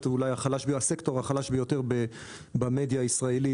שהוא אולי הסקטור החלש ביותר במדיה הישראלית,